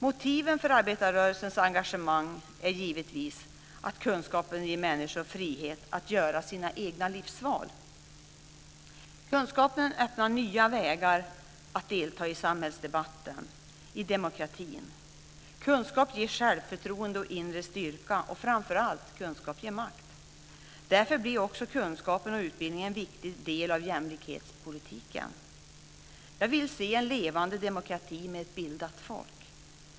Motiven för arbetarrörelsens engagemang är givetvis att kunskapen ger människor frihet att göra sina egna livsval. Kunskapen öppnar nya vägar att delta i samhällsdebatten - i demokratin. Kunskap ger självförtroende och inre styrka. Framför allt: Kunskap ger makt. Därför blir också kunskapen och utbildningen en viktig del av jämlikhetspolitiken. Jag vill se en levande demokrati med ett bildat folk.